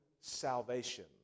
salvation